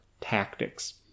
tactics